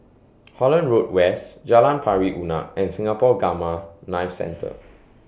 Holland Road West Jalan Pari Unak and Singapore Gamma Knife Centre